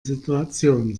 situation